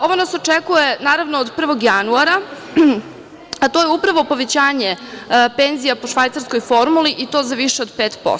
Ovo nas očekuje od 1. januara, a to je upravo povećanje penzija po švajcarskoj formuli, i to za više od 5%